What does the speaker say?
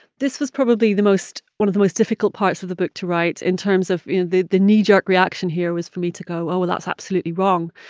this was probably the most one of the most difficult parts of the book to write in terms of you know, the knee-jerk reaction here was for me to go, oh, that's absolutely wrong.